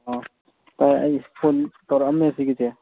ꯇꯥꯏ ꯑꯩ ꯐꯣꯟ ꯇꯧꯔꯛꯑꯝꯃꯦ ꯁꯤꯒꯤꯁꯦ